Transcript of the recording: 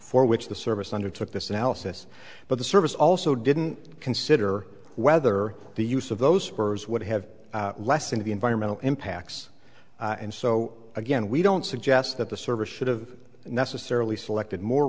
for which the service undertook this analysis but the service also didn't consider whether the use of those birds would have lessened the environmental impacts and so again we don't suggest that the service should have necessarily selected more